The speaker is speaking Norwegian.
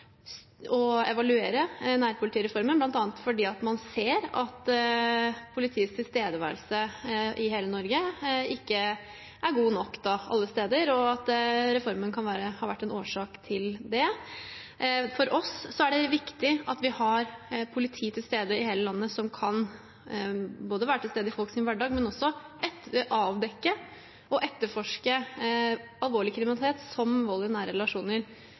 evaluere nærpolitireformen, bl.a. fordi man ser at politiets tilstedeværelse i hele Norge ikke er god nok alle steder, og at reformen kan ha vært en årsak til det. For oss er det viktig at vi har politi i hele landet som kan være til stede i folks hverdag, men også avdekke og etterforske alvorlig kriminalitet, som vold i nære relasjoner.